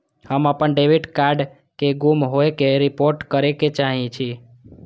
हम अपन debit card के गुम होय के रिपोर्ट करे के चाहि छी